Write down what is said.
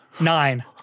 Nine